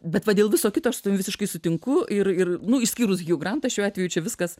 bet va dėl viso kito tu visiškai sutinku ir ir nu išskyrushiu grantą šiuo atveju čia viskas